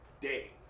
day